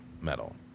medal